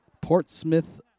Portsmouth